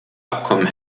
abkommen